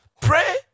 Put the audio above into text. pray